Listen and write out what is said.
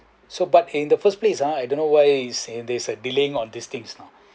so but in the first place ah I don't know why there's a delaying on these thing you know